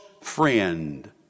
friend